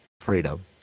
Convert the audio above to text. freedom